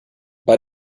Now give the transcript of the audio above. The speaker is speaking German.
bei